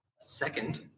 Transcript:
second